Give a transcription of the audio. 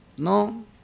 No